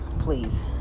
please